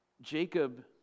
Jacob